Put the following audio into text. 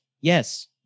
Yes